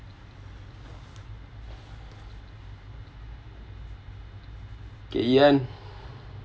okay yan